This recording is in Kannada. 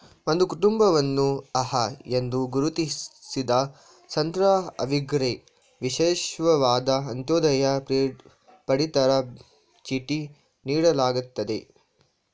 ಒಂದು ಕುಟುಂಬವನ್ನು ಅರ್ಹ ಎಂದು ಗುರುತಿಸಿದ ನಂತ್ರ ಅವ್ರಿಗೆ ವಿಶಿಷ್ಟವಾದ ಅಂತ್ಯೋದಯ ಪಡಿತರ ಚೀಟಿ ನೀಡಲಾಗ್ತದೆ